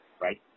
Right